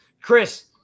Chris